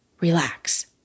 relax